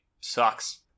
sucks